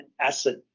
asset